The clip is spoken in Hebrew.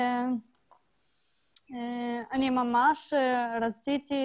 ואני ממש רציתי